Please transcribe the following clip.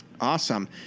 Awesome